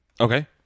Okay